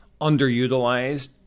underutilized